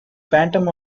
phantom